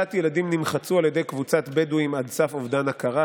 קבוצת ילדים נמחצו על ידי קבוצת בדואים עד סף אובדן הכרה.